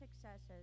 successes